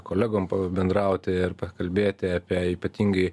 kolegom pabendrauti ir pakalbėti apie ypatingai